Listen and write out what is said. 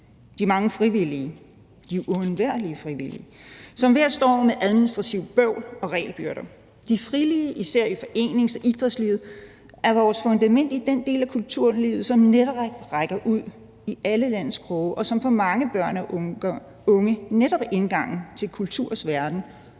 de mange frivillige, de uundværlige frivillige, som hver står med administrativt bøvl og regelbyrder. De frivillige, især i forenings- og idrætslivet, er vores fundament i den del af kulturlivet, som netop rækker ud i alle landets kroge, og som for mange børn og unge netop er indgangen til kulturens verden